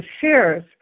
shares